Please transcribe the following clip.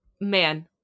man